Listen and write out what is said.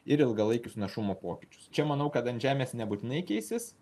ir ilgalaikius našumo pokyčius čia manau kad ant žemės nebūtinai keisis